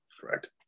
Correct